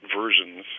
versions